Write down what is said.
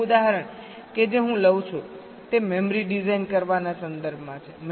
છેલ્લું ઉદાહરણ કે જે હું લઉં છું તે મેમરી ડિઝાઇન કરવાના સંદર્ભમાં છે